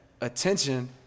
attention